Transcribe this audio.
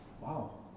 wow